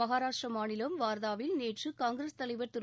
மகாராஷ்ட்டிர மாநிலம் வார்தாவில் நேற்று காங்கிரஸ் தலைவர் திரு